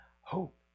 hope